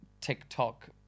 TikTok